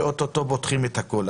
שעוד רגע פותחים את הכל.